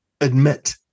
admit